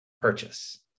purchase